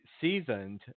seasoned